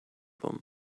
him